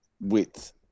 width